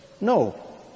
No